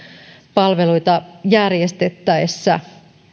palveluita järjestettäessä